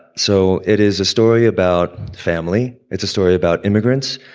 so it is a story about family. it's a story about immigrants.